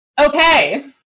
Okay